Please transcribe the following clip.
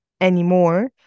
Anymore